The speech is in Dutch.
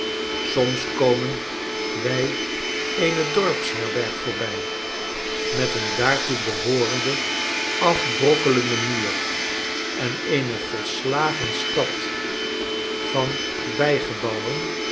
soms komen wij eene dorpsherberg voorbij met een daartoe behoorenden afbrokkelenden muur en eene volslagen stad van